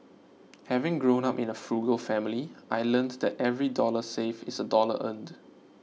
having grown up in a frugal family I learnt that every dollar saved is a dollar earned